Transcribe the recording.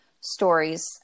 stories